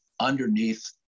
underneath